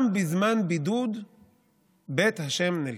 גם בזמן בידוד בית ה' נלך.